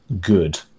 good